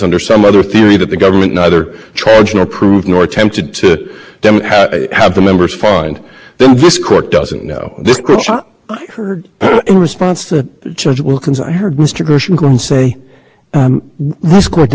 that was not at issue here the government went for the tradition there was no question about victims there was no you know there was no measure of the sentence based on the impact to the victims of nine eleven attack and so i mean if that construction